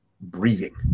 breathing